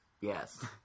Yes